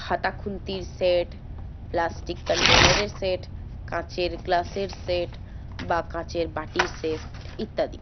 হাতা খুন্তির set plastic কন্টেনারের সেট কাঁচের গ্লাসের সেট বা কাঁচের বাটির সেট ইত্যাদি